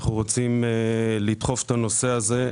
אנחנו רוצים לדחוף את הנושא הזה,